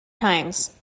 times